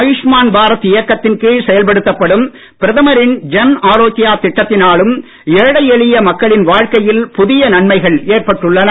ஆயுஷ்மான் பாரத் இயக்கத்தின் கீழ் செயல்படுத்தப்படும் பிரதமரின் ஜன் ஆரோக்யா திட்டதினாலும் ஏழை எளிய மக்களின் வாழ்க்கையில் புதிய நன்மைகள் ஏற்பட்டுள்ளன